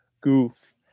goof